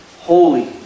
holy